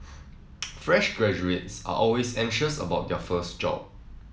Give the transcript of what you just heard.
fresh graduates are always anxious about their first job